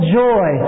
joy